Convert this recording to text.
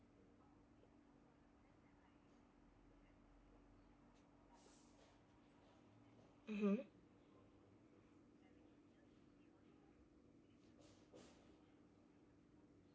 mmhmm